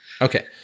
Okay